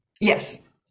Yes